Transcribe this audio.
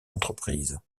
entreprises